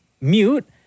mute